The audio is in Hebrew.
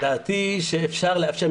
דעתי, שאפשר לאפשר.